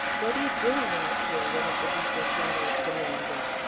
what you doing out here? one of the deeper shadows demanded.